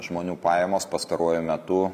žmonių pajamos pastaruoju metu